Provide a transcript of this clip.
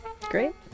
Great